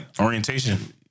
orientation